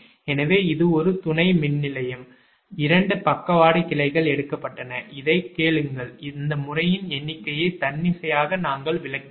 எனவே இது ஒரு துணை மின்நிலையம் 2 பக்கவாட்டு கிளைகள் எடுக்கப்பட்டன இதைக் கேளுங்கள் இந்த முறையின் எண்ணிக்கையை தன்னிச்சையாக நாங்கள் விளக்கினோம்